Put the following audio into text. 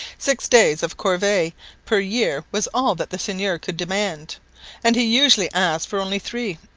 six days of corvee per year was all that the seigneur could demand and he usually asked for only three,